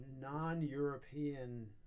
non-European